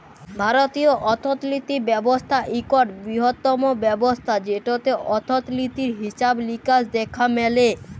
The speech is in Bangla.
ভারতীয় অথ্থলিতি ব্যবস্থা ইকট বিরহত্তম ব্যবস্থা যেটতে অথ্থলিতির হিছাব লিকাস দ্যাখা ম্যালে